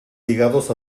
ligados